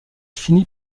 finit